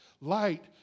Light